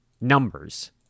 numbers